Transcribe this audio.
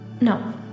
No